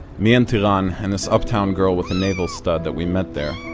me and tiran and this uptown girl with a navel stud that we met there,